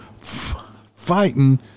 fighting